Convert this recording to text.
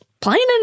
playing